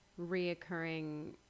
reoccurring